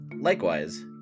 Likewise